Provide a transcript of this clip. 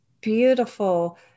beautiful